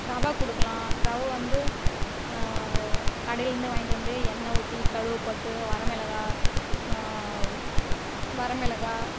ரவை கொடுக்கலாம் ரவை வந்து கடையிலிருந்து வாங்கிட்டு வந்து எண்ணெய் ஊற்றி கடுகு போட்டு வரமிளகா வரமிளகா